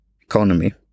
economy